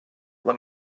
let